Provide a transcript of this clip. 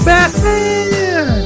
Batman